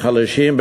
בחלשים,